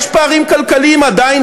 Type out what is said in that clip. יש פערים כלכליים עדיין,